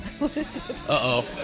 Uh-oh